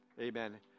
Amen